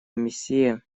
миссия